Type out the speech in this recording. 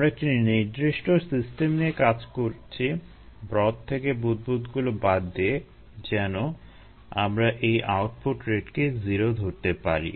আমরা একটি নির্দিষ্ট সিস্টেম নিয়ে কাজ করছি ব্রথ থেকে বুদবুদগুলোকে বাদ দিয়ে যেন আমরা এই আউটপুট রেটকে 0 ধরতে পারি